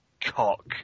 cock